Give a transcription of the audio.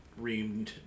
reamed